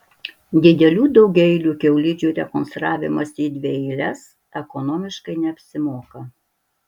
didelių daugiaeilių kiaulidžių rekonstravimas į dvieiles ekonomiškai neapsimoka